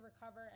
recover